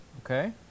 Okay